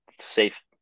Safe